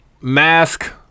mask